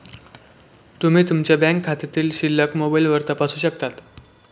तुम्ही तुमच्या बँक खात्यातील शिल्लक मोबाईलवर तपासू शकता